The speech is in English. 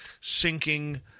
sinking